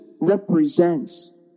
represents